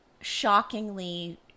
shockingly